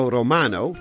Romano